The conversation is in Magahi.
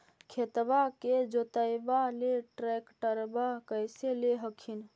खेतबा के जोतयबा ले ट्रैक्टरबा कैसे ले हखिन?